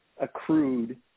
accrued